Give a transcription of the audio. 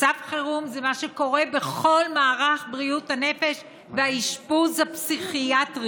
מצב חירום זה מה שקורה בכל מערך בריאות הנפש והאשפוז הפסיכיאטרי.